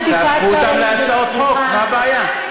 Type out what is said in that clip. תהפכו אותן להצעות חוק, מה הבעיה?